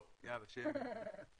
טוב, יאללה, שיהיה מתח.